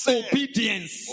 obedience